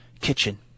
kitchen